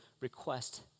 request